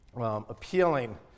appealing